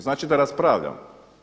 Znači da raspravljamo.